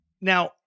Now